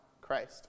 Christ